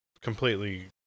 completely